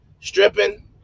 stripping